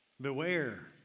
Beware